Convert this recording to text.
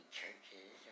churches